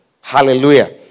Hallelujah